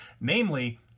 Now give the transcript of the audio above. namely